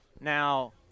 Now